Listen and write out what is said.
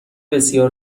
بسیار